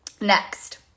Next